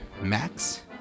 Max